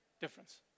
difference